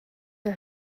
der